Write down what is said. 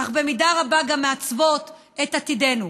אך במידה רבה גם מעצבות את עתידנו.